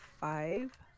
five